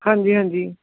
ਹਾਂਜੀ ਹਾਂਜੀ